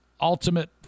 ultimate